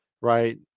right